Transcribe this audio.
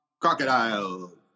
crocodile